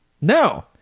No